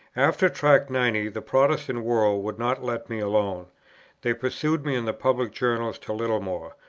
after tract ninety the protestant world would not let me alone they pursued me in the public journals to littlemore.